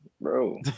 bro